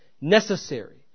necessary